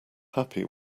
happy